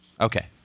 Okay